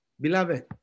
Beloved